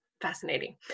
fascinating